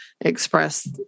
express